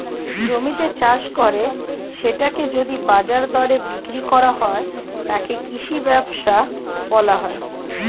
জমিতে চাষ করে সেটিকে যদি বাজার দরে বিক্রি করা হয়, তাকে কৃষি ব্যবসা বলা হয়